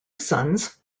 sons